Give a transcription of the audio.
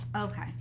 Okay